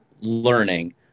learning